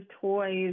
toys